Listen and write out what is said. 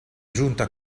giunta